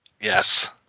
Yes